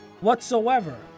whatsoever